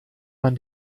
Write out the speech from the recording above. man